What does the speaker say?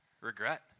regret